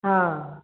हाँ